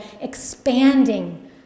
expanding